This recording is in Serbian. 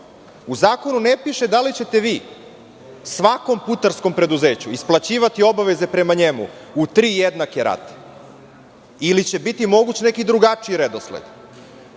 U Zakonu ne piše da li ćete vi svakom putarskom preduzeću isplaćivati obaveze prema njemu u tri jednake rate ili će biti moguć neki drugačiji redosled.